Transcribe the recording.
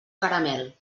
caramel